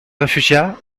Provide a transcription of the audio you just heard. réfugia